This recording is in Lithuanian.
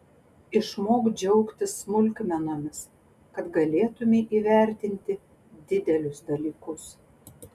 išmok džiaugtis smulkmenomis kad galėtumei įvertinti didelius dalykus